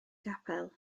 capel